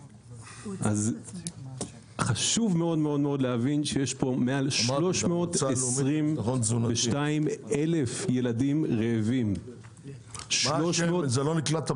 חשוב להבין שיש פה מעל 322,000 ילדים רעבים, כך על